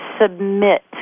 submit